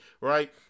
right